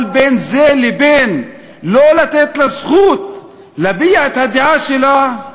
אבל בין זה לבין לא לתת לה זכות להביע את הדעה שלה,